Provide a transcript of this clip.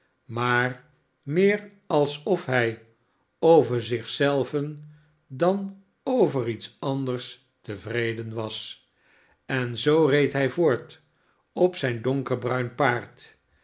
maar meer alsof hij over zich zelven dan over iets anders tevreden was en zoo reed hij voort op zijn donkerbruin paard